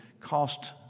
cost